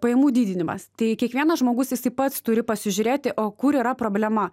pajamų didinimas tai kiekvienas žmogus jisai pats turi pasižiūrėti o kur yra problema